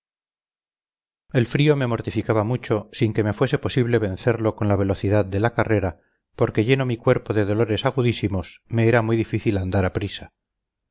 el frío me mortificaba mucho sin que me fuese posible vencerlo con la velocidad de la carrera porque lleno mi cuerpo de dolores agudísimos me era muy difícil andar a prisa